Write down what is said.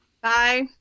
Bye